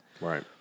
Right